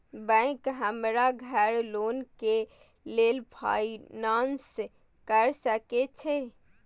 Bank हमरा घर loan के लेल फाईनांस कर सके छे?